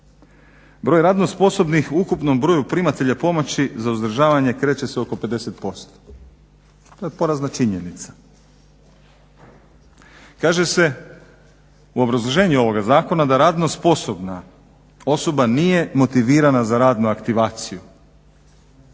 Broj radno sposobnih u ukupnom broju primatelja pomoći za uzdržavanje kreće se oko 50%. To je porazna činjenica. Kaže se u obrazloženju ovoga zakona da radno sposobna osoba nije motivirana za radnu aktivaciju,